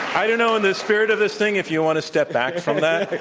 i don't know in the spirit of this thing, if you want to step back from that.